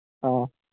ꯑꯥ